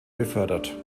befördert